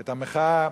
את המחאה,